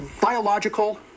Biological